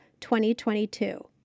2022